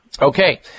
Okay